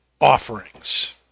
offerings